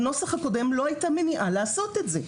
בנוסח הקודם לא הייתה מניעה לעשות את זה.